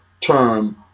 term